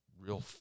real